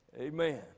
Amen